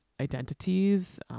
identities